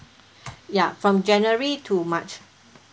ya from january to march